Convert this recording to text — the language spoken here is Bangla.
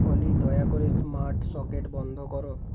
অলি দয়া করে স্মার্ট সকেট বন্ধ করো